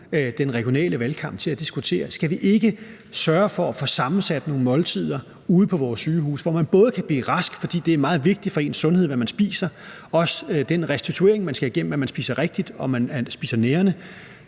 den regionale valgkamp til at diskutere, om vi ikke skal sørge for at få sammensat nogle måltider ude på vores sygehuse, så man både kan blive rask – det er jo meget vigtigt for ens sundhed, hvad man spiser, og det er også vigtigt i forhold til den restitution, man skal igennem,